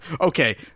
Okay